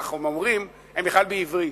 כך הם אומרים, הם בכלל בעברית,